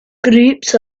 groups